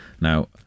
Now